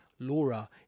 laura